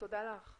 תודה לך.